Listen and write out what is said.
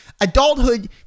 adulthood